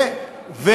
אני כבר מסיים.